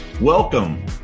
Welcome